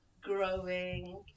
growing